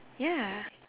ya